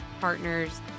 Partners